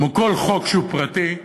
כמו כל חוק שהוא פרטי,